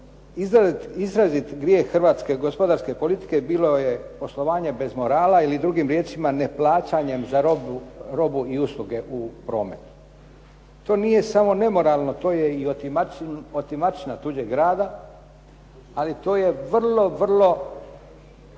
izrazit grijeh hrvatske gospodarske politike bilo je poslovanje bez morala ili drugim riječima ne plaćanjem za robu i usluge u prometu. To nije samo i nemoralno, to je otimačina tuđeg rada, ali to je vrlo, vrlo